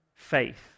faith